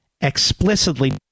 explicitly